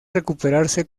recuperarse